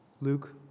Luke